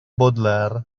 baudelaire